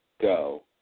go